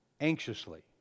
anxiously